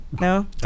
No